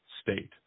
state